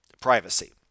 privacy